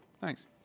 Thanks